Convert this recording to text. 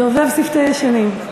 דובב שפתי ישנים.